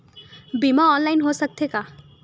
बीमा ऑनलाइन हो सकत हे का?